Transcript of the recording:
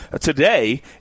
today